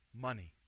money